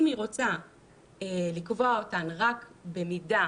אם היא רוצה לקבוע אותן רק במידה